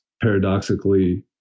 paradoxically